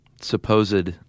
supposed